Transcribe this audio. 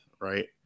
right